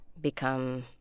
become